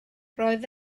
roedd